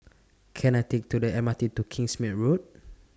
Can I Take to The M R T to Kingsmead Road